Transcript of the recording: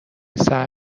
صبر